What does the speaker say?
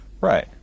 Right